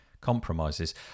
compromises